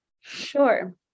Sure